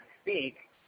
speak